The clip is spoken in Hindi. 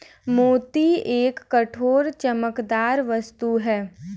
मोती एक कठोर, चमकदार वस्तु है